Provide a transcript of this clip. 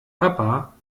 papa